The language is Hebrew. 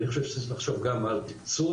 אני חושב שצריך לחשוב עם על תקצוב